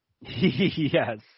Yes